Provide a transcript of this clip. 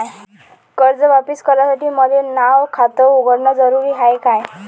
कर्ज वापिस करासाठी मले नव खात उघडन जरुरी हाय का?